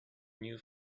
new